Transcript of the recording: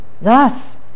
Thus